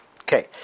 Okay